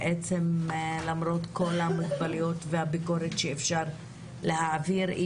למרות כל המגבלות והביקורת שאפשר להעביר על מהפכת Me Too,